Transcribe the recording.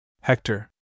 Hector